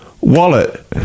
wallet